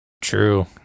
true